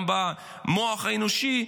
גם במוח האנושי,